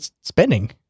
spending